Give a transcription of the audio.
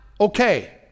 okay